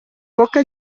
poca